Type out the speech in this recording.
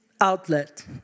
outlet